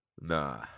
Nah